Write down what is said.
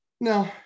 no